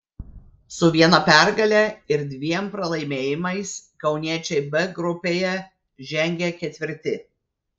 su viena pergale ir dviem pralaimėjimais kauniečiai b grupėje žengia ketvirti